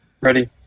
Ready